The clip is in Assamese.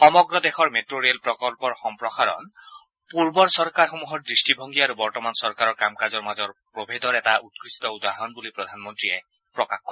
সমগ্ৰ দেশৰ মেট্ৰো ৰেল প্ৰকল্পৰ সম্প্ৰসাৰণ পূৰ্বৰ চৰকাৰসমূহৰ দৃষ্টিভংগী আৰু বৰ্তমান চৰকাৰৰ কাম কাজৰ মাজৰ প্ৰভেদৰ এটা উৎকৃষ্ট উদাহৰণ বুলি প্ৰধানমন্ত্ৰীয়ে প্ৰকাশ কৰে